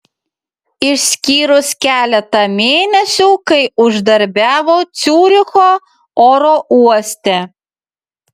išskyrus keletą mėnesių kai uždarbiavo ciuricho oro uoste